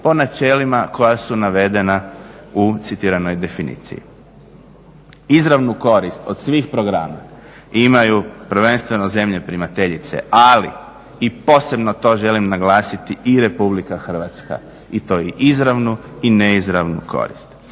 po načelima koja su navedena u citiranoj definiciji. Izravnu koristi od svih programa imaju prvenstveno zemlje primateljice, ali i posebno to želim naglasiti i RH i to i izravnu ili neizravnu korist.